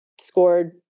scored